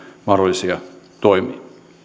mahdollisia toimia